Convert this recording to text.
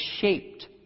shaped